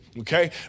okay